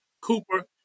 cooper